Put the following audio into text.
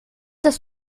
das